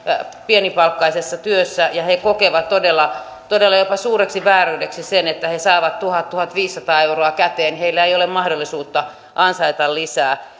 pienipalkkaisessa työssä ja he kokevat todella todella jopa suureksi vääryydeksi sen että he saavat tuhat viiva tuhatviisisataa euroa käteen heillä ei ole mahdollisuutta ansaita lisää